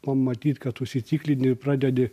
pamatyt kad užsitikrini ir pradedi